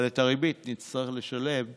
אבל את הריבית נצטרך לשלם מהשוטף.